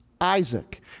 Isaac